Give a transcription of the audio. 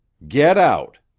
get out!